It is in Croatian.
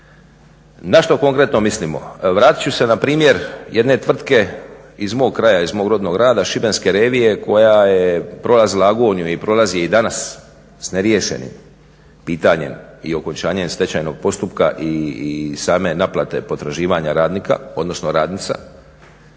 Na što konkretno mislimo? Vratiit ću se na primjer jedne tvrtke iz mog kraja, iz mog rodnog grada Šibenske …/Govornik se ne razumije./…koja je prolazila agoniju i prolazi i danas sa neriješenim pitanjem i okončanjem stečajnog postupka i same naplate potraživanja radnika, odnosno radnica.